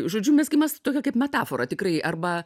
žodžiu mezgimas tokia kaip metafora tikrai arba